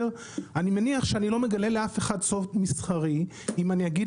אני מניח שאני לא מגלה לאף אחד סוד מסחרי אם אני אגיד